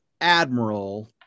Admiral